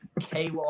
KY